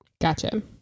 Gotcha